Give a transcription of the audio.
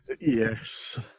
Yes